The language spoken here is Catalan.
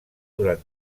durant